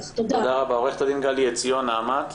עורכת הדין גלי עציון, נעמת.